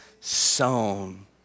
sown